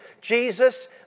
Jesus